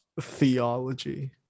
theology